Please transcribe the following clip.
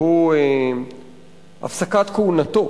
והוא הפסקת כהונתו